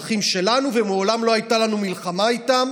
שטחים שלנו ומעולם לא הייתה לנו מלחמה איתם,